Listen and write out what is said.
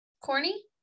corny